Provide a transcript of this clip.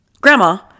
grandma